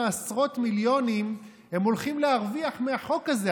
עשרות מיליונים הם הולכים להרוויח מהחוק הזה.